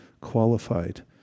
qualified